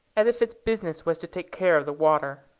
as if its business was to take care of the water.